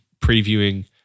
previewing